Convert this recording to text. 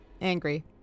angry